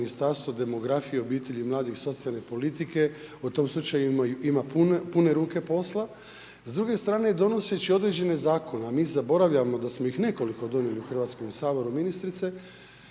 Ministarstvo demografije, obitelji, mladih i socijalne politike o tom slučaju ima pune ruke posla. S druge strane donoseći određene zakone a mi zaboravljamo da smo ih nekoliko donijeli u Hrvatskom saboru ministrice